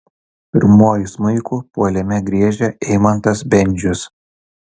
pirmuoju smuiku puolime griežia eimantas bendžius